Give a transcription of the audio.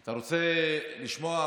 אתה רוצה לשמוע?